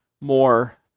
more